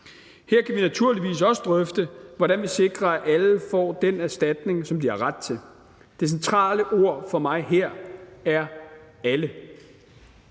Her kan vi naturligvis også drøfte, hvordan vi sikrer, at alle får den erstatning, som de har ret til. Det centrale ord for mig her er alle.